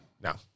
No